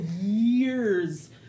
years